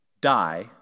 die